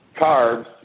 carbs